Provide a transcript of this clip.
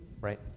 right